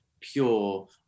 pure